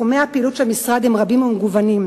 תחומי הפעילות של המשרד הם רבים ומגוונים.